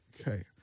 Okay